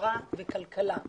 חברה וכלכלה.